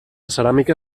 ceràmica